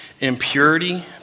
impurity